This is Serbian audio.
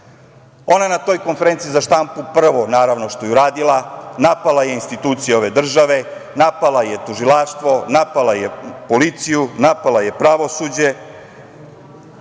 ona na toj konferenciji za štampu prvo uradila, naravno, napala je institucije ove države, napala je tužilaštvo, napala je policiju, napala je pravosuđe.